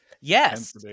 Yes